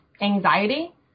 anxiety